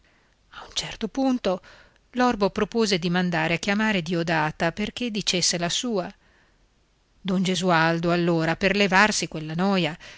a un certo punto l'orbo propose di mandare a chiamare diodata perché dicesse la sua don gesualdo allora per levarsi quella noia